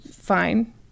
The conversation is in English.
Fine